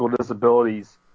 disabilities